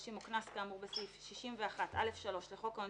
חודשים או קנס כאמור בסעיף 61(א)(3) לחוק העונשין,